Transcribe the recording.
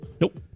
Nope